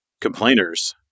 complainers